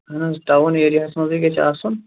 اہن حظ ٹاوُن ایریاہس مَنٛزٕے گَژھِ آسُن